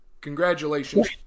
Congratulations